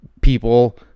people